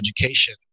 education